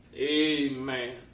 Amen